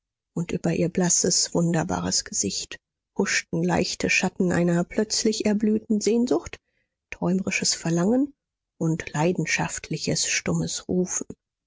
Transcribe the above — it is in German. und über ihr blasses wunderbares gesicht huschten leichte schatten einer plötzlich erblühten sehnsucht träumerisches verlangen und leidenschaftliches stummes rufen